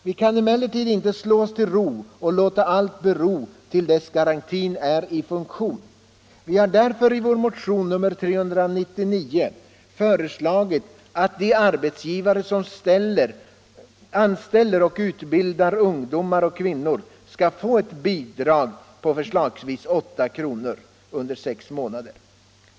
Vi kan emellertid inte slå oss till ro och låta allt Nr 84 bero till dess garantin är i funktion. Därför har vi i vår motion 399 fö Tisdagen den reslagit att de arbetsgivare som anställer och utbildar ungdomar och kvin 20 maj 1975 nor skall få bidrag på förslagsvis 8 kr. per timme under sex månader.